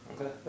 okay